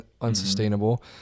unsustainable